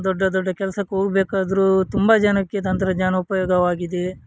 ದೊಡ್ಡ ದೊಡ್ಡ ಕೆಲ್ಸಕ್ಕೆ ಹೋಗ್ಬೇಕಾದ್ರೂ ತುಂಬ ಜನಕ್ಕೆ ತಂತ್ರಜ್ಞಾನ ಉಪಯೋಗವಾಗಿದೆ